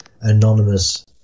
anonymous